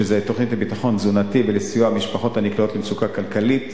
שזו תוכנית לביטחון תזונתי ולסיוע למשפחות הנקלעות למצוקה כלכלית.